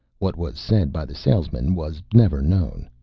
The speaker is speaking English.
what was said by the salesman was never known.